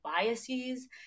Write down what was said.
biases